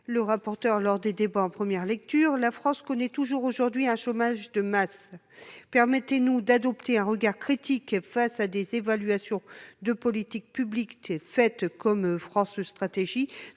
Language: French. le rapporteur général lors de la première lecture, la France connaît toujours aujourd'hui un chômage de masse. Permettez-nous d'adopter un regard critique sur des évaluations de politiques publiques faites par des organismes